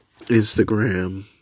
Instagram